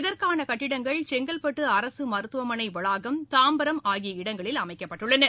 இதற்கான கட்டிடங்கள் செங்கல்பட்டு அரசு மருத்துவமனை வளாகம் தாம்பரம் ஆகிய இடங்களில் அமைக்கப்பட்டுள்ளன